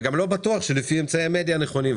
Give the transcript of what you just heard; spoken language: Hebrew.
וגם לא בטוח שלפי אמצעי המדיה הנכונים.